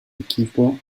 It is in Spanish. equipo